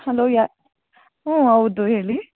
hello ಯಾರು ಹ್ಞೂ ಹೌದು ಹೇಳಿ